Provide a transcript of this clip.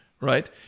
right